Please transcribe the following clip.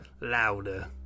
louder